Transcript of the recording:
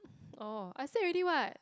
oh I said already what